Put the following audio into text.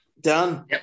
Done